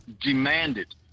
demanded